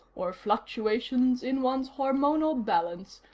or fluctuations in one's hormonal balance.